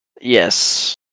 Yes